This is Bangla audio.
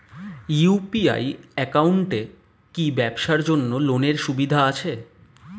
ইউ.পি.আই একাউন্টে কি ব্যবসার জন্য লোনের সুবিধা আছে?